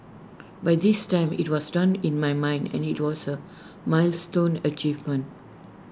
by this time IT was done in my mind and IT was milestone achievement